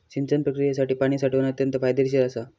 सिंचन प्रक्रियेसाठी पाणी साठवण अत्यंत फायदेशीर असा